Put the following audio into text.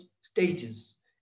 stages